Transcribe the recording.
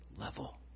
level